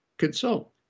consult